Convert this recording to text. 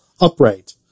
upright